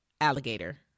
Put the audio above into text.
alligator